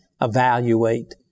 evaluate